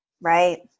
Right